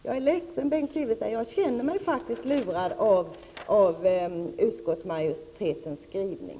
Jag är ledsen, Bengt Silfverstrand, men jag känner mig faktiskt lurad av utskottsmajoritetens skrivning.